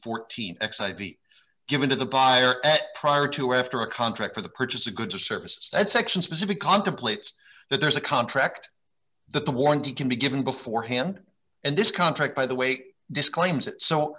fourteen x i v given to the buyer at prior to or after a contract for the purchase of goods or services that section specific contemplates that there is a contract that the warranty can be given beforehand and this contract by the way disclaims it so